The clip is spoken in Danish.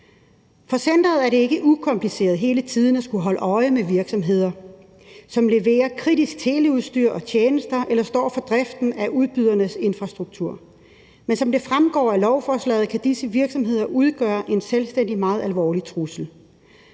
For centeret er det ikke ukompliceret hele tiden at skulle holde øje med virksomheder, som leverer kritisk teleudstyr eller -tjenester eller står for driften af udbydernes infrastruktur, men som det fremgår af lovforslaget, kan disse virksomheder udgøre en selvstændig meget alvorlig trussel.